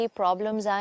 problems